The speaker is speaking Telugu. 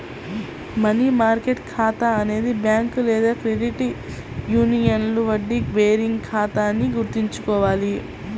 మనీ మార్కెట్ ఖాతా అనేది బ్యాంక్ లేదా క్రెడిట్ యూనియన్లో వడ్డీ బేరింగ్ ఖాతా అని గుర్తుంచుకోవాలి